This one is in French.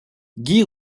guy